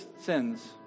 sins